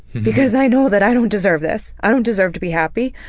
because i know that i don't deserve this. i don't deserve to be happy.